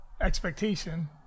expectation